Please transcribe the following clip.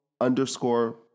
underscore